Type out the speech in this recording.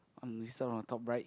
mm some on the top right